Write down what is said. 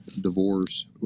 divorce